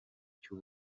cy’u